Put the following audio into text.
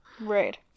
Right